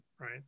Right